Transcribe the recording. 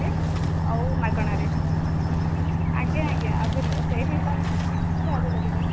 ରେ ଆଉ ମାଗଣାରେ ଆଜ୍ଞା ଆଜ୍ଞା ଆଭେଲେବେଲ ସେହିଠି ବା ଆଭେଲେବେଲ ଅଛି